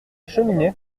cheminée